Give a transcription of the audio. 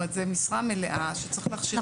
זו משרה מלאה שצריך להכשיר לה